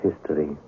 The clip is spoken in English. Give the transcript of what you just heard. history